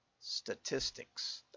statistics